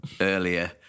earlier